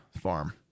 farm